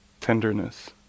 tenderness